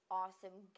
awesome